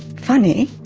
funny,